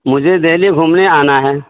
مجھے دہلی گھومنے آنا ہے